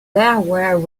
were